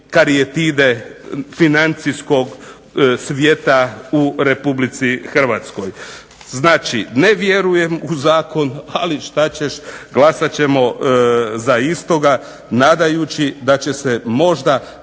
karijetive financijskog svijeta u Republici Hrvatskoj. Znači ne vjerujem u zakon, ali šta ćeš glasat ćemo za istoga, nadajući da će se možda